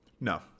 No